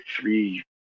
three